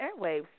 airwaves